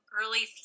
early